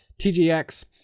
tgx